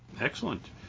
Excellent